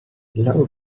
love